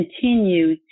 continue